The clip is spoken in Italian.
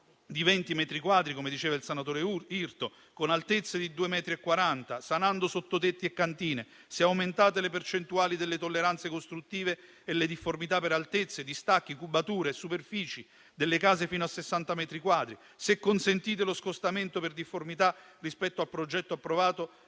di 20 metri quadri - come diceva il senatore Irto - con altezza di due metri e quaranta, sanando sottotetti e cantine; se aumentate le percentuali delle tolleranze costruttive e le difformità per altezze, distacchi, cubature e superfici delle case fino a 60 metri quadri; se consentite lo scostamento per difformità rispetto al progetto approvato